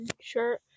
shirt